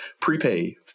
prepay